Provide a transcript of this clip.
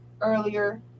earlier